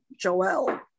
Joel